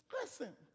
Listen